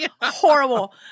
Horrible